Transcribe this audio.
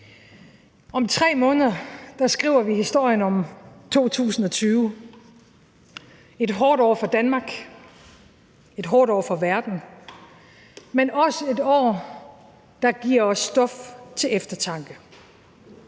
Om 3 måneder skriver vi historien om 2020 – et hårdt år for Danmark, et hårdt år for verden, men også et år, der giver os stof til eftertanke.